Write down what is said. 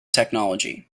technology